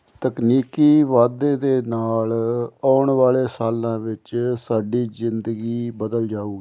ਤਕਨੀਕੀ ਵਾਧੇ ਦੇ ਨਾਲ ਆਉਣ ਵਾਲੇ ਸਾਲਾਂ ਵਿੱਚ ਸਾਡੀ ਜ਼ਿੰਦਗੀ ਬਦਲ ਜਾਊਗੀ